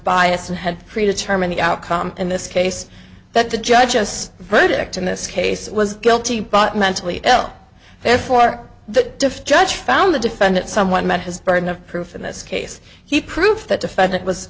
biased and had predetermine the outcome in this case that the judge just verdict in this case was guilty but mentally ill therefore the judge found the defendant somewhat met his burden of proof in this case he proved that defendant was